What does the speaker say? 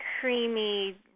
creamy